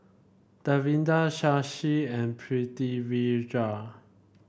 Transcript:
Davinder Shashi and Pritivirja